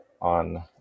on